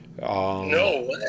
no